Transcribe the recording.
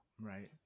right